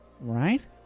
Right